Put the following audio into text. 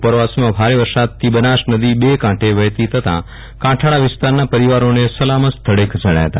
ઉપરવાસમાં ભારે વરસાદથી બનાસ નદી બે કાંઠે વહેતી થતા કાંઠાળા વિસ્તારના પરિવારોને સલામત સ્થળે ખસેડાથા હતા